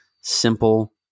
simple